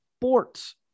sports